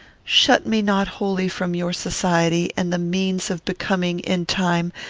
shut me not wholly from your society, and the means of becoming, in time,